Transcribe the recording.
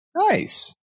Nice